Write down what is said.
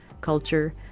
culture